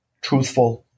truthful